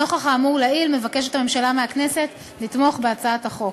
נוכח האמור לעיל הממשלה מבקשת מהכנסת לתמוך בהצעת החוק.